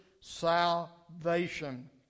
salvation